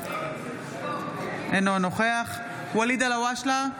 אינו נוכח ואליד אלהואשלה,